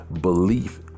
Belief